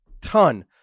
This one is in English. ton